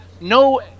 no